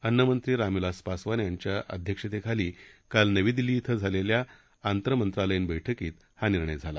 अन्नमंत्री रामविलास पासवान यांच्या अध्यक्षतेखाली काल नवी दिल्ली धिं झालेल्या आंतरमंत्रालय बैठकीत हा निर्णय झाला